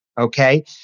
Okay